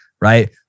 Right